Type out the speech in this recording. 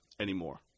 anymore